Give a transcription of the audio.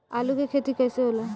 आलू के खेती कैसे होला?